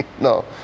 No